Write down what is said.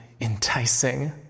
enticing